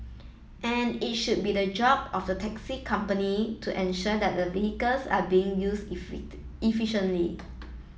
and it should be the job of the taxi company to ensure that the vehicles are being used efficiently